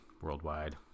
worldwide